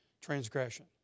transgression